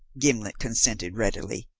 gimblet consented readily.